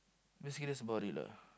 basically that's about it lah